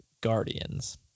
Guardians